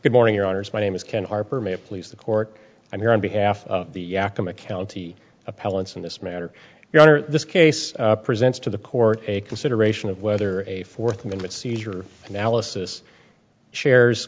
good morning your honour's my name is ken harper may it please the court i'm here on behalf of the yakima county appellants in this matter your honor this case presents to the court a consideration of whether a fourth amendment seizure analysis shares